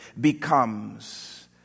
becomes